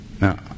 Now